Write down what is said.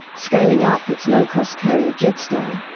scaling up its low cost carrier jetstar,